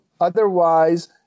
otherwise